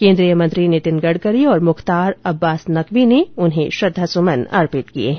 केन्द्रीय मंत्री नितिन गडकरी और मुख्तार अब्बास नकवी ने उन्हें श्रद्वा सुमन अर्पित किए हैं